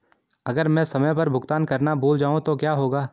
अगर मैं समय पर भुगतान करना भूल जाऊं तो क्या होगा?